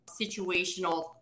situational